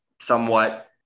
somewhat